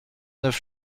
neuf